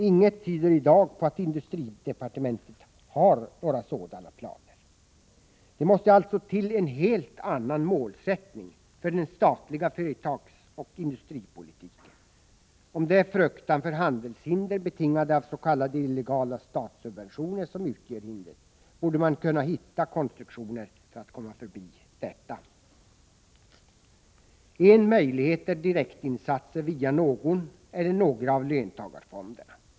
Inget tyder i dag på att industridepartementet har några sådana planer. Det måste alltså till en helt annan målsättning för den statliga företagsoch industripolitiken. Om det är fruktan för handelshinder betingade av s.k. illegala statssubventioner som utgör hindret, borde man kunna hitta konstruktioner för att komma förbi detta. En möjlighet är direktinsatser via någon eller några av löntagarfonderna.